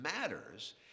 matters